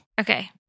Okay